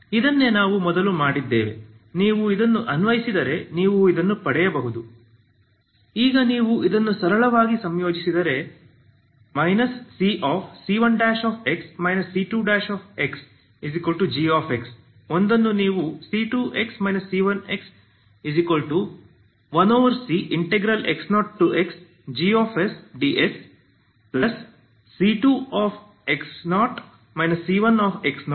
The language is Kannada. ಇದನ್ನೇ ನಾವು ಮೊದಲು ನೋಡಿದ್ದೇವೆ ನೀವು ಇದನ್ನು ಅನ್ವಯಿಸಿದರೆ ನೀವು ಇದನ್ನು ಪಡೆಯಬಹುದು ಈಗ ನೀವು ಇದನ್ನು ಸರಳವಾಗಿ ಸಂಯೋಜಿಸಿದರೆ cc1x c2xg ಒಂದನ್ನು ನೀವು c2x c1x1cx0xgsdsc2x0 c1x0 ಎಂದು ನೋಡುತ್ತೀರಿ ಇದು c2x0 c1x0 ಒಂದು ಅನಿಯಂತ್ರಿತ ಸ್ಥಿರಾಂಕ